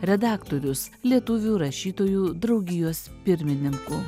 redaktorius lietuvių rašytojų draugijos pirmininku